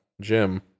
Jim